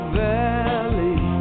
valley